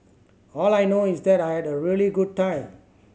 all I know is that I had a really good time